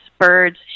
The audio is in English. birds